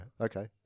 okay